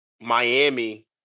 Miami